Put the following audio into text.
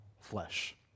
flesh